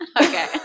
Okay